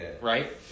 right